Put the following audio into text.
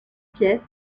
pièces